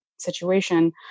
situation